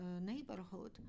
neighborhood